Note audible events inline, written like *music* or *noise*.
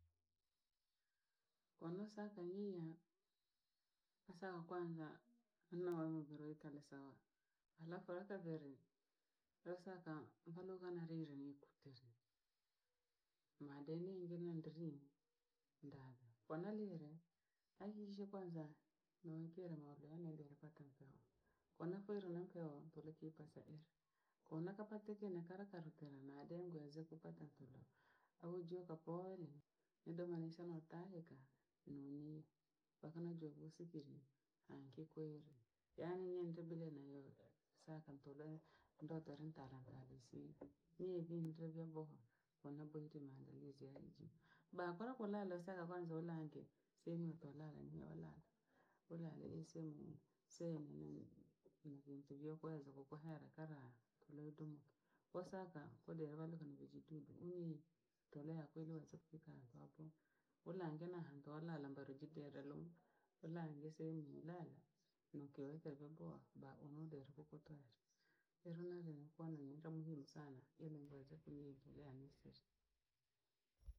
Koo no saka yiya ko saka kwanza hano *unintelligible* vitare sawa, harafu arakavere, haosaka mfano ka niriretatizo madeninge nadriri ndaro kwanalyera hakikishe kwanza nonkere mwobene bhelekatokeo konafereolenkeo torekipa sairi. Konakapateki nakarakarukera madengweze kupata kiro, aujue kapore nidomonisanotaheka ununio, paka najua gusikere ange kwere yaani nyente bira na yore sa kantoroe ndoto rintara ntarase, mivi ntyovoboha onabwere maandarizi ya hiji. Bhakora korara oseka kwanza orage, sema torara ni orara, orare sehemu yene semu nene kunukuntuvyo kuweza kokohera kara tole donke. Osaka kodevavaroka na kujididi nhwii torea kwiweze kukaa kwa boha, urange na hanto uraramba rojiderero, urange sehemu yirare nuke wekevo boha ba umudere kokotore ero nalo kwani ni lya muhimu sana ili iweze kunyenderea ne siri. *noise*